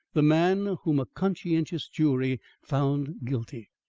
the man whom a conscientious jury found guilty.